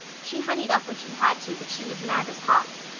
she honeyed up when she had to, but she was mad as hops.